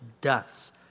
deaths